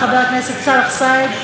חבר הכנסת סאלח סעד,